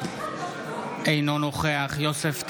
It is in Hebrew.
אינו נוכח יוסף טייב,